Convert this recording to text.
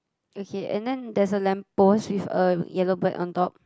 okay and then there's a lamp post with a yellow bird on top